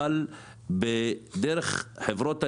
אבל דרך חברות הניהול,